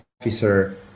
officer